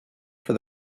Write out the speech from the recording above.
for